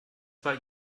war